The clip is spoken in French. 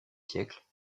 siècles